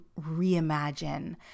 reimagine